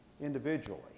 individually